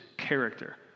character